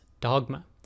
dogma